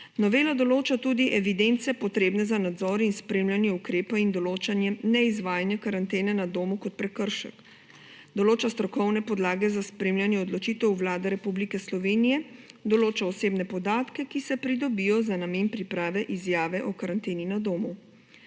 Novela določa tudi evidence, potrebne za nadzor in spremljanje ukrepov in določanje neizvajanja karantene na domu kot prekršek; določa strokovne podlage za spremljanje odločitev Vlade Republike Slovenije; določa osebne podatke, ki se pridobijo za namen priprave izjave o karanteni na domu.